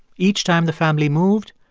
each time the family moved,